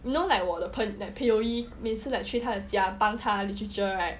you know like 我的 pio yee 每次 like 去他的家帮他 literature right